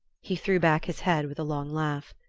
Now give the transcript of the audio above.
he threw back his head with a long laugh.